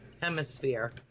hemisphere